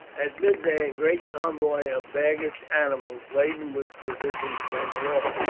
at midday a great convoy of baggage animals, laden with provisions, came along.